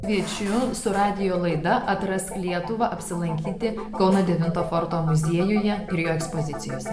kviečiu su radijo laida atrask lietuvą apsilankyti kauno devinto forto muziejuje ir jo ekspozicijose